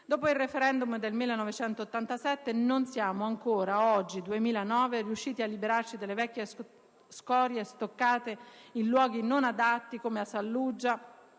Dopo il *referendum* del 1987, non siamo ancora riusciti, nel 2009, a liberarci delle vecchie scorie stoccate in luoghi non adatti, come a Saluggia,